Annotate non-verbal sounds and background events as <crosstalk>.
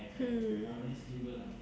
hmm <breath>